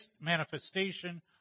manifestation